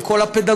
עם כל הפדגוגיה,